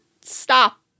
stop